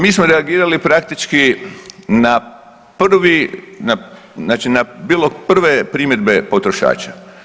Mi smo reagirali praktički na prvi, na, znači na bilo prve primjedbe potrošača.